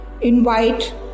invite